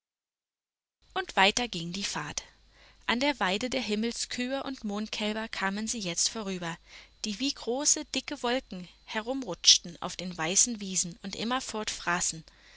und weiter ging die fahrt an der weide der himmelskühe und mondkälber kamen sie jetzt vorüber die wie große dicke wolken herumrutschten auf den weißen wiesen und immerfort fraßen